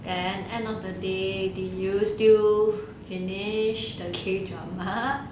and end of the day do you still finish the K drama